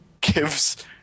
gives